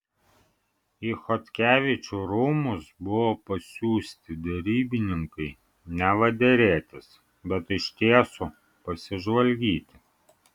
į chodkevičių rūmus buvo pasiųsti derybininkai neva derėtis bet iš tiesų pasižvalgyti